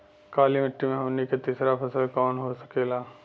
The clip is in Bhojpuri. काली मिट्टी में हमनी के तीसरा फसल कवन हो सकेला?